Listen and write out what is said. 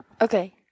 Okay